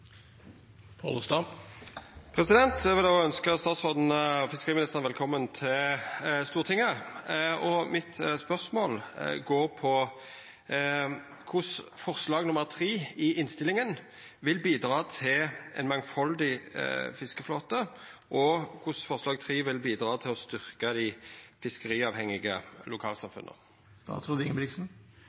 gir. Eg vil òg ønskja fiskeriministeren velkomen til Stortinget. Mitt spørsmål går på korleis forslag III i innstillinga vil bidra til ein mangfaldig fiskeflåte, og korleis forslag III vil bidra til å styrkja dei fiskeriavhengige